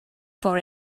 for